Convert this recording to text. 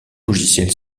logiciels